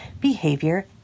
behavior